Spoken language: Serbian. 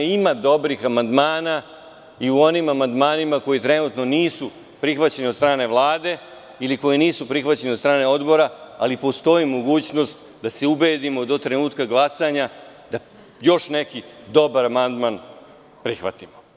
Ima dobrih amandmana i u onim amandmanima koji trenutno nisu prihvaćeni od strane Vlade ili koji nisu prihvaćeni od strane odbora, ali postoji mogućnost da se ubedimo do trenutka glasanja da još neki dobar amandman prihvatimo.